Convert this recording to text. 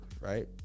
right